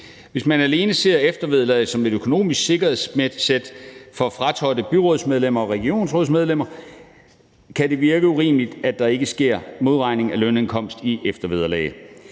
Hvis man alene ser eftervederlaget som et økonomisk sikkerhedsnet for fratrådte byrådsmedlemmer og regionsrådsmedlemmer, kan det virke urimeligt, at der ikke sker modregning af lønindkomst i eftervederlag.